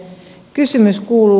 kysymys kuuluu